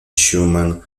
schumann